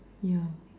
yeah